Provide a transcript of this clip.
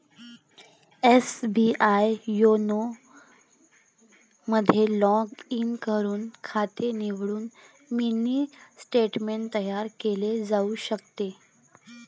SBI YONO मध्ये log in करून खाते निवडून मिनी स्टेटमेंट तयार केले जाऊ शकते